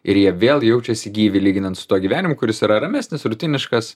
ir jie vėl jaučiasi gyvi lyginant su tuo gyvenimu kuris yra ramesnis rutiniškas